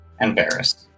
Embarrassed